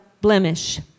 blemish